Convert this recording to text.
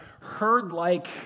herd-like